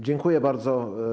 Dziękuję bardzo.